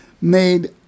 made